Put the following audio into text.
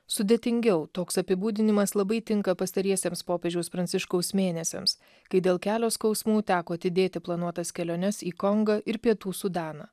sudėtingiau toks apibūdinimas labai tinka pastariesiems popiežiaus pranciškaus mėnesiams kai dėl kelio skausmų teko atidėti planuotas keliones į kongą ir pietų sudaną